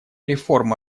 реформа